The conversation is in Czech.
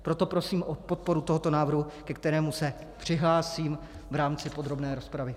Proto prosím o podporu tohoto návrhu, ke kterému se přihlásím v rámci podrobné rozpravy.